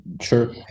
Sure